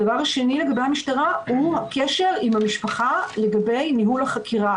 הדבר השני לגבי המשטרה הוא הקשר עם המשפחה לגבי ניהול החקירה